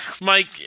Mike